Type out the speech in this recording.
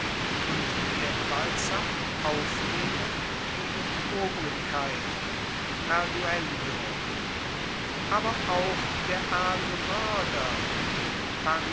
und der gewaltsamen auflehnung gegen die obrigkeit perduellio aber auch der